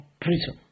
prison